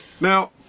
Now